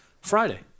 Friday